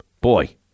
Boy